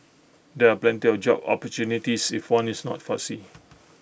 there are plenty of job opportunities if one is not fussy